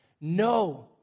no